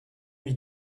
vit